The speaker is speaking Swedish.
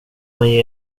mig